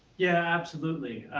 yeah, absolutely.